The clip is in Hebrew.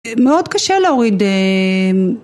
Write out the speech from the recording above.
מאוד קשה להוריד